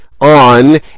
on